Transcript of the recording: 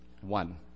one